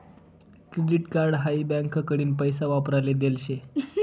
credit card हाई बँकाकडीन पैसा वापराले देल शे